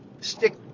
stick